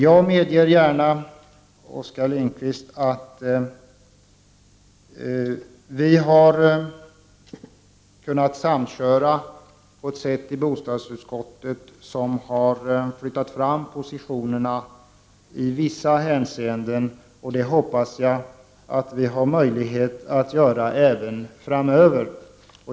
Jag medger gärna, Oskar Lindkvist, att vi har kunnat samköra i bostadsutskottet på ett sätt som har flyttat fram positionerna i vissa hänseenden, och det hoppas jag att vi har möjlighet att göra även framöver.